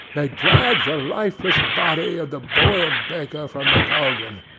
they dragged the lifeless body of the boiled baker from the cauldron,